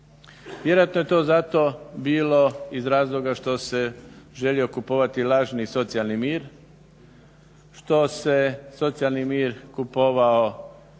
Vjerojatno je to zato bilo iz razloga što se želio kupovati lažni socijalni mir, što se socijalni mir kupovao